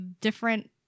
different